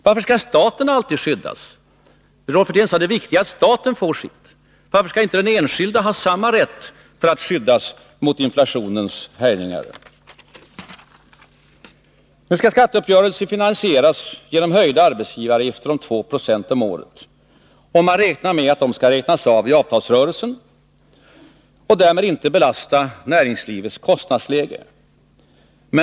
Varför skall staten alltid skyddas? Rolf Wirtén sade att det viktiga är att staten får sitt. Varför skall inte den enskilde ha samma rätt att skyddas mot inflationens härjningar? Nu skall skatteuppgörelsen finansieras genom höjda arbetsgivaravgifter med 2 90 om året. Man räknar med att detta skall räknas av i avtalsrörelsen och därmed inte belasta näringslivets kostnadsläge.